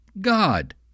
God